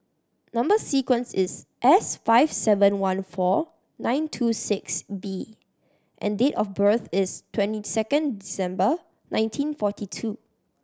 number sequence is S five seven one four nine two six B and date of birth is twenty second December nineteen forty two